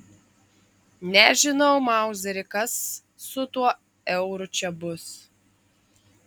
nežinau mauzeri kas su tuo euru čia bus